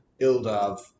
Ildov